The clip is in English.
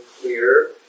clear